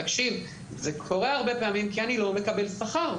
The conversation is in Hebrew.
תקשיב זה קורה הרבה פעמים כי אני לא מקבל שכר.